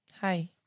Hi